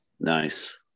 Nice